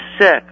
sick